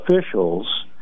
officials